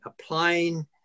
Applying